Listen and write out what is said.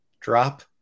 drop